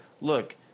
look